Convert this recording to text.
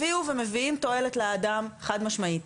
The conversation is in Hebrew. הביאו ומביאים תועלת לאדם חד משמעית,